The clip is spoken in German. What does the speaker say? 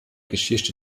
geschichte